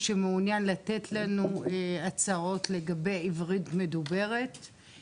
שמעוניין לתת לנו הצעות לגבי עברית מדוברת,